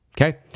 Okay